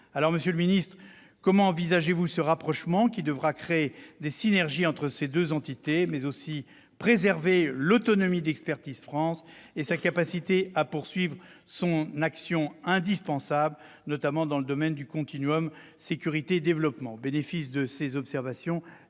Monsieur le ministre, comment envisagez-vous ce rapprochement, qui devra créer des synergies entre ces deux entités, mais aussi préserver l'autonomie d'Expertise France et sa capacité à poursuivre son action indispensable, notamment dans le domaine du continuum sécurité-développement ?